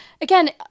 again